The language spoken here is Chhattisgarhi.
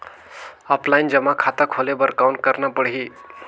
ऑफलाइन जमा खाता खोले बर कौन करना पड़ही?